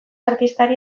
artistari